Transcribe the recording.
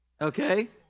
Okay